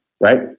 right